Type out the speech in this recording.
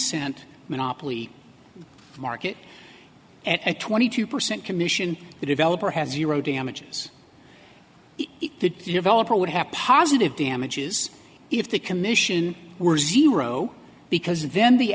cent monopoly market at twenty two percent commission the developer has zero damages it to develop or would have positive damages if the commission were zero because then the